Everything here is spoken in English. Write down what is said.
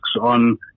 on